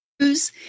use